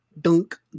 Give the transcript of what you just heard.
dunk